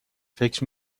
فکر